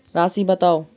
राशि बताउ